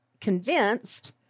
convinced